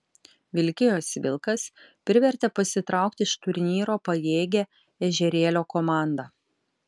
vilkijos vilkas privertė pasitraukti iš turnyro pajėgią ežerėlio komandą